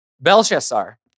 Belshazzar